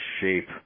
shape